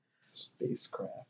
Spacecraft